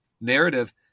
narrative